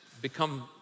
become